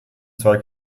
zwei